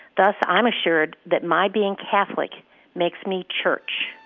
thus, i'm assured that my being catholic makes me church,